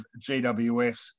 GWS